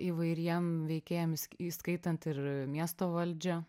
įvairiem veikėjam įs įskaitant ir miesto valdžią